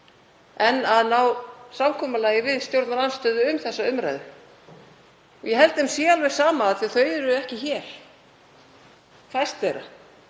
en að ná samkomulagi við stjórnarandstöðu um þessa umræðu. Ég held þeim sé alveg sama af því að þau eru ekki hér, eða fæst þeirra.